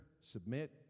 submit